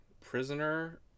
prisoner